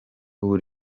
ubu